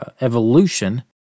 Evolution